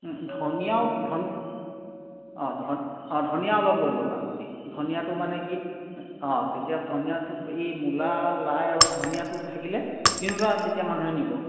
ধনিয়াও ধন অঁ ধন অঁ ধনিয়া অলপ লৈ ল'বা গুটি ধনিয়াটো মানে কি অঁ তেতিয়া ধনিয়াটো এই মূলা লাই আৰু ধনিয়াটো থাকিলে তিনিওটা তেতিয়া মানুহে নিব